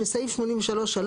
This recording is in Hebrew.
בסעיף 83(3),